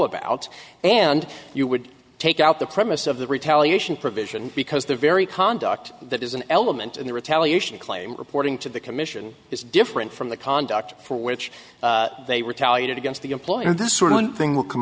about and you would take out the premise of the retaliation provision because the very conduct that is an element in the retaliation claim reporting to the commission is different from the conduct for which they retaliated against the employer this sort of thing will come